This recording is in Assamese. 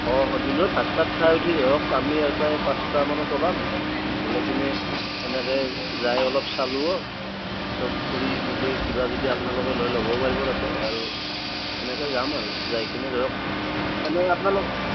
অঁ দিনত ভাত চাত খাই উঠি ধৰক আমি ইয়াৰ পৰা পাঁচটা মানত ওলাম ওলাই কিনে তেনেকৈ যাই অলপ চালোঅ' চব ফুৰি মেলি কিবা যদি আপোনালোকে লয় লবও পাৰিব তাতে আৰু তেনেকৈ যাম আৰু যাই কেনি ধৰক এনে আপোনালোক